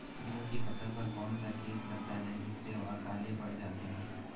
गेहूँ की फसल पर कौन सा केस लगता है जिससे वह काले पड़ जाते हैं?